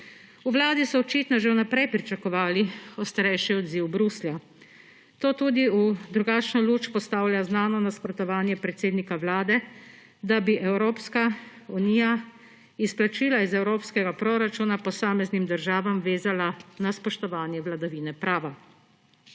V Vladi so očitno že vnaprej pričakovali ostrejši odziv Bruslja. To tudi v drugačno luč postavlja znano nasprotovanje predsednika Vlade, da bi Evropska unija izplačila iz evropskega proračuna posameznim državam vezala na spoštovanje vladavine prava.